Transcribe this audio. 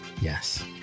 Yes